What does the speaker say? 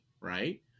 right